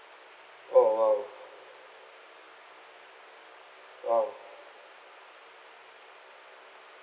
oh !wow! !wow!